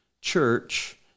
Church